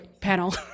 panel